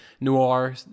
noir